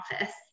office